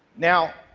now,